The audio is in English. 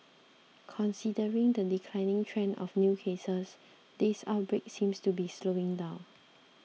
considering the declining trend of new cases this outbreak seems to be slowing down